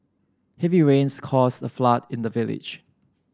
heavy rains caused a flood in the village